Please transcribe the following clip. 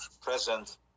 present